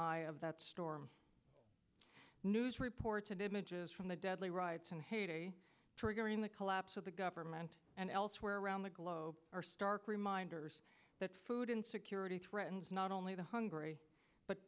eye of that storm news reports and images from the deadly riots in haiti triggering the collapse of the government and elsewhere around the globe are stark reminder that food insecurity threatens not only the hungry but